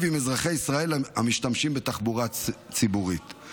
עם אזרחי ישראל המשתמשים בתחבורה ציבורית,